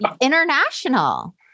international